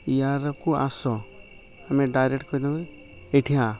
ଇହାରକୁ ଆସ ଆମେ ଡାଇରେକ୍ଟ କହିଦେବୁ ଏଠିଆ